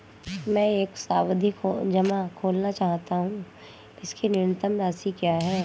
मैं एक सावधि जमा खोलना चाहता हूं इसकी न्यूनतम राशि क्या है?